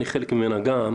ממנה, זאת